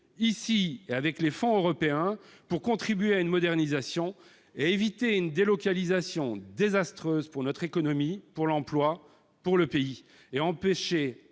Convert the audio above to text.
ici et avec les fonds européens, pour contribuer à une modernisation et éviter une délocalisation désastreuse pour notre économie, pour l'emploi, pour le pays, et empêcher